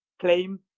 claim